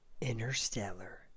interstellar